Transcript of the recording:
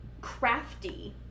Crafty